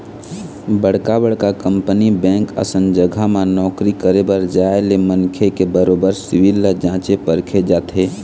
बड़का बड़का company bank असन जघा म नौकरी करे बर जाय ले मनखे के बरोबर सिविल ल जाँचे परखे जाथे